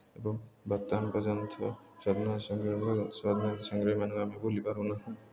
ଏବଂ ବର୍ତ୍ତମାନ୍ ପର୍ଯ୍ୟନ୍ତ ମଧ୍ୟ ସ୍ୱାଧିନତା ସଂଗ୍ରାମୀ ସ୍ୱାଧିନତା ସଂଗ୍ରାମୀମାନଙ୍କୁ ଆମେ ଭୁଲିପାରୁ ନାହୁଁ